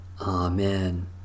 Amen